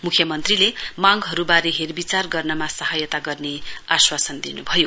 मुख्यमन्त्रीले मांगहरूबारे हेर बिचार गर्नमा सहायता गर्ने आश्वासन दिनुभयो